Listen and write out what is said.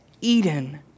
Eden